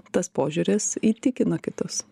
tas požiūris įtikino kitus